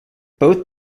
both